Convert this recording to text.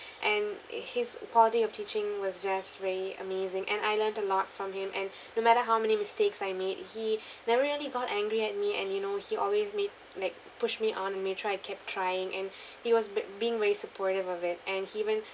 and his quality of teaching was just very amazing and I learned a lot from him and no matter how many mistakes I made he never really got angry at me and you know he always make like push me on I mean try kept trying and he was b~ being very supportive of it and he even